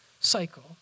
cycle